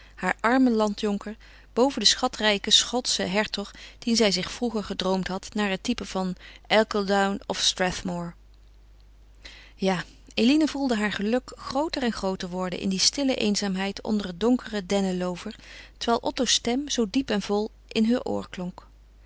haar armen landjonker boven den schatrijken schotschen hertog dien zij zich vroeger gedroomd had naar het type van erceldoune of strathmore ja eline gevoelde haar geluk grooter en grooter worden in die stille eenzaamheid onder het donkere denneloover terwijl otto's stem zoo diep en vol in heur oor klonk